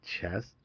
chest